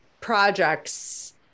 projects